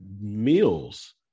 meals